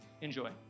Enjoy